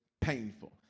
painful